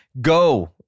go